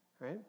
right